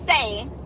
say